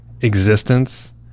existence